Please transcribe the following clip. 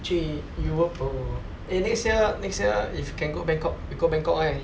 去 europe oh eh next year next year if can go bangkok we go bangkok eh